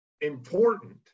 important